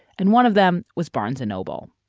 and one of them was barnes and noble